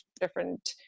different